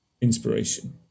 inspiration